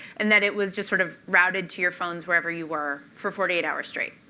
and that it was just sort of routed to your phones, wherever you were, for forty eight hours straight.